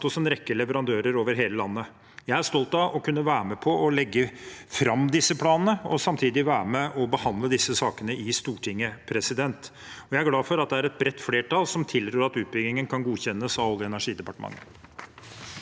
hos en rekke leverandører over hele landet. Jeg er stolt av å kunne være med på å legge fram disse planene og samtidig være med og behandle disse sakene i Stortinget. Jeg er glad for at det er et bredt flertall som tilrår at utbyggingen kan godkjennes av Olje- og energidepartementet.